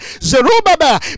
Zerubbabel